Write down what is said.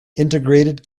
integrated